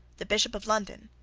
the bishop of london,